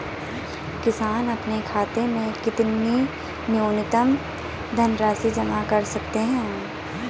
किसान अपने खाते में कितनी न्यूनतम धनराशि जमा रख सकते हैं?